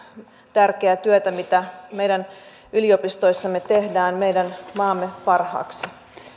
tärkeää työtä mitä meidän yliopistoissamme tehdään meidän maamme parhaaksi